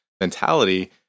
mentality